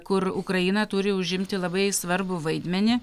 kur ukraina turi užimti labai svarbų vaidmenį